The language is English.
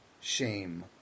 shame